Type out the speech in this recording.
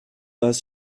pas